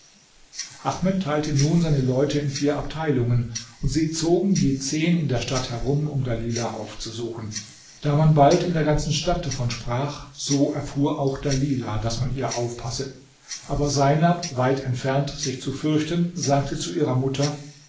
ahmed teilte nun seine leute in vier abteilungen und sie zogen je zehn in der stadt herum um dalilah aufzusuchen da man bald in der ganzen stadt davon sprach so erfuhr auch dalilah daß man ihr aufpasse aber seinab weit entfernt sich zu fürchten sagte zu ihrer mutter